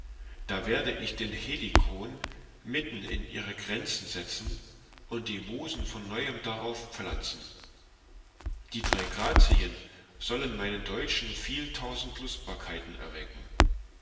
da werde ich den helikon mitten in ihre grenzen setzen und die musen von neuem darauf pflanzen die drei grazien sollen meinen teutschen viel tausend lustbarkeiten erwecken